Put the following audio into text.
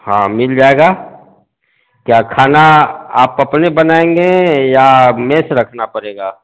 हाँ मिल जाएगा क्या खाना आप अपना बनाएँगे या मेस रखना पड़ेगा